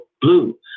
blue